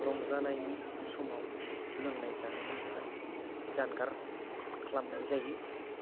रंजानायनि समाव लोंनाय जानायनिफ्राय जानगार खालामनाय जायो